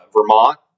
Vermont